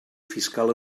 fiscal